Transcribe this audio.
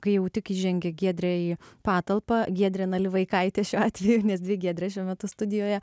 kai jau tik įžengė giedrė į patalpą giedrė nalivaikaitė šiuo atveju nes dvi giedrės šiuo metu studijoje